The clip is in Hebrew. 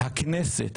הכנסת,